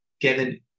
given